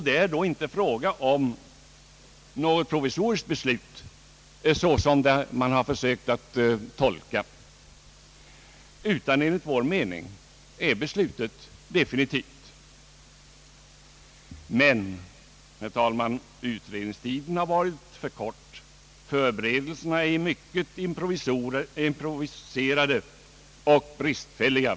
Det är då inte fråga om något provisoriskt beslut — såsom man har försökt att tolka det hela — utan enligt vår mening är beslutet definitivt. Men, herr talman, utredningstiden har varit för kort och förberedelserna är mycket improviserade och bristfälliga.